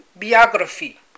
biography